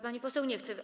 Pani poseł nie chce?